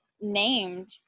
named